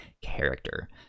character